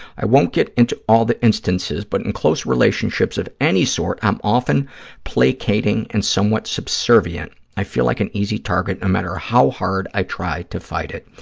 i won't get into all the instances, but in close relationships of any sort, i'm often placating and somewhat subservient. i feel like an easy target no matter how hard i tried to fight it.